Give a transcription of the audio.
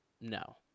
no